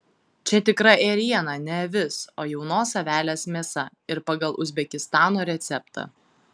čia tikra ėriena ne avis o jaunos avelės mėsa ir pagal uzbekistano receptą